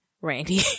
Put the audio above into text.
Randy